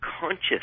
conscious